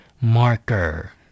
Marker